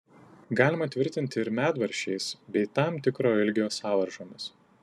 galima tvirtinti ir medvaržčiais bei tam tikro ilgio sąvaržomis